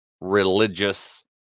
religious